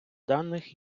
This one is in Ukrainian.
даних